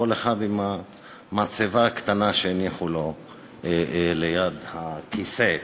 כל אחד עם המצבה הקטנה שהניחו לו ליד הכיסא,